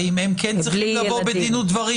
האם הם כן צריכים לבוא בדין ודברים?